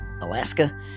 Alaska